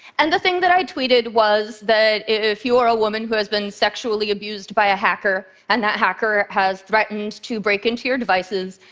and the thing that i tweeted was that if you are a woman who has been sexually abused by a hacker and that hacker has threatened to break into your devices,